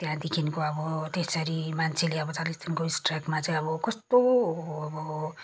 त्यहाँदेखिको अब त्यसरी मान्छेले अब चालिस दिनको स्ट्राइकमा चाहिँ अब कस्तो अब